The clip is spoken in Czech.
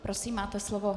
Prosím, máte slovo.